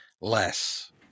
less